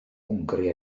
hwngari